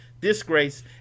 disgrace